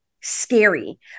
scary